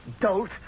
dolt